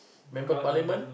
member of parliament